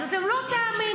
אז אתם לא תאמינו.